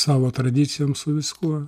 savo tradicijom su viskuo